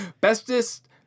Bestest